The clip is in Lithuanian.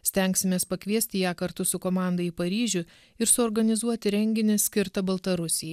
stengsimės pakviesti ją kartu su komanda į paryžių ir suorganizuoti renginį skirtą baltarusijai